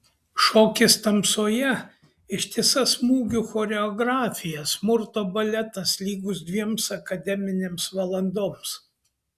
šokis tamsoje ištisa smūgių choreografija smurto baletas lygus dviems akademinėms valandoms